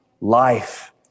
Life